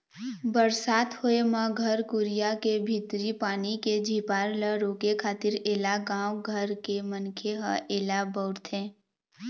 बरसात होय म घर कुरिया के भीतरी पानी के झिपार ल रोके खातिर ऐला गाँव घर के मनखे ह ऐला बउरथे